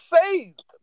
saved